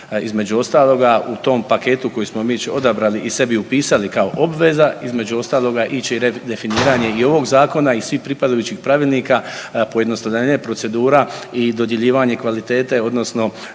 Između ostaloga u tom paketu koji smo već odabrali i sebi upisali kao obveza između ostaloga ići će i redefiniranje i ovog zakona i svih pripadajućih pravilnika, pojednostavljanje procedura i dodjeljivanje kvalitete odnosno